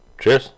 Cheers